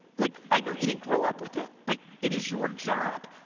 like i know you didn't grow up with it, but it is your job,